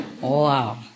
Wow